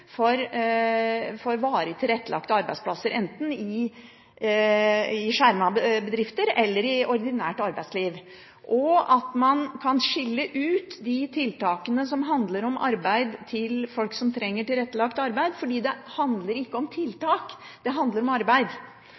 enten i skjermede bedrifter eller i ordinært arbeidsliv, og at man kan skille ut de tiltakene som handler om arbeid for folk som trenger tilrettelagt arbeid. For det handler ikke om tiltak, det handler om arbeid,